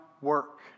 work